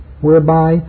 whereby